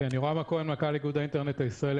אני יורם הכהן, מנכ"ל איגוד האינטרנט הישראלי.